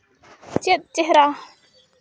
ᱪᱮᱫ ᱪᱮᱦᱨᱟ